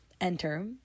enter